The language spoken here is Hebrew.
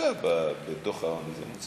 ממוצע בדוח העוני.